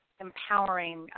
empowering